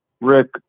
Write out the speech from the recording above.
rick